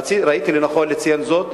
ראיתי לנכון לציין זאת,